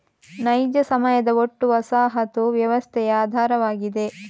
ನೈಜ ಸಮಯದ ಒಟ್ಟು ವಸಾಹತು ವ್ಯವಸ್ಥೆಯ ಆಧಾರವಾಗಿದೆ